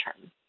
term